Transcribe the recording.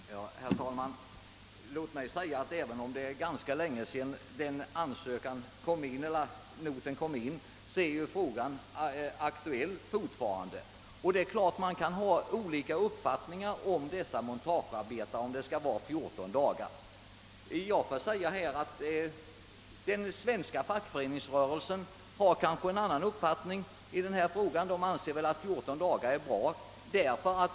Herr talman! Låt mig säga att även om det är ganska länge sedan noten kom in så är ju frågan fortfarande aktuell. Det är klart att man kan ha olika uppfattningar i frågan huruvida den arbetstillståndsfria tiden för montagearbetare skall vara 14 dagar eller mer. Inom den svenska fackföreningsrörelsen har man kanske en annan uppfattning i denna fråga än reservanterna. Där anser man väl att 14 dagar är en bra tid.